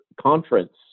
conference